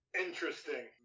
Interesting